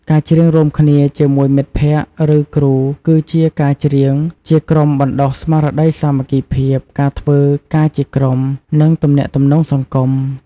ការច្រៀងរួមគ្នា ជាមួយមិត្តភក្តិ ឬគ្រូគឺជា ការច្រៀងជាក្រុមបណ្ដុះស្មារតីសាមគ្គីភាព ការធ្វើការជាក្រុម និងទំនាក់ទំនងសង្គម។